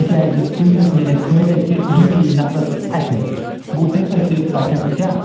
تِکیٛازِ تَمہِ سۭتۍ مِلہِ اَسہِ فٲیدَے کہِ دوٗری یی نفرس اَتھِ گوٚو تَمہِ سۭتۍ تہِ بَچَن کیٛاہ